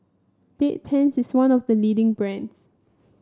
Bedpans is one of the leading brands